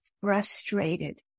frustrated